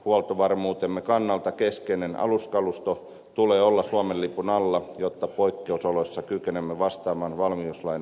huoltovarmuutemme kannalta keskeisen aluskaluston tulee olla suomen lipun alla jotta poikkeusoloissa kykenemme vastaamaan val miuslain edellyttämiin haasteisiin